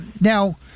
now